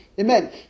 Amen